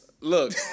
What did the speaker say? look